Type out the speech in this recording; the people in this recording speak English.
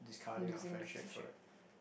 losing the friendship